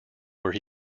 where